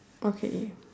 okay